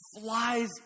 flies